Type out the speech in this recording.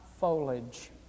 foliage